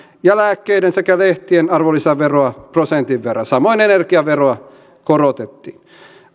ja lääkkeiden sekä lehtien arvonlisäveroa prosentin verran samoin energiaveroa korotettiin